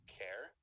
care